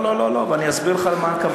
לא, לא, לא, ואסביר לך למה הכוונה.